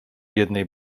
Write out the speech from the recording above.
jednej